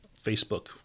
Facebook